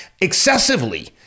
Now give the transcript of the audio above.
excessively